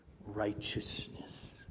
righteousness